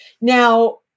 Now